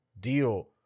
deal